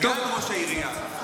סגן ראש העירייה.